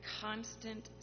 constant